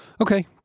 Okay